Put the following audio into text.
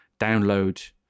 download